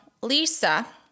Lisa